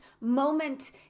moment